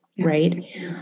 right